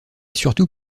surtout